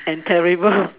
and terrible